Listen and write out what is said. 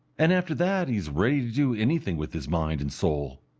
and after that he is ready to do anything with his mind and soul.